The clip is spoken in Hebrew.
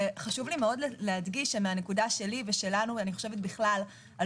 חשוב לי להדגיש שמהנקודה שלי ושלנו בכלל,